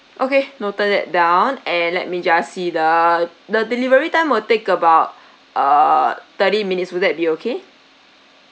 okay noted that down and let me just see the the delivery time will take about err thirty minutes will that be okay